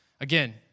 again